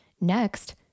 Next